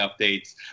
updates